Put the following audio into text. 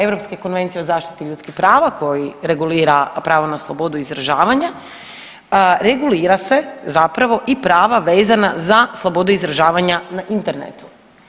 Europske konvencije o zaštiti ljudskih prava koji regulira pravo na slobodu izražavanja regulira se zapravo i prava vezana za slobodu izražavanja na internetu.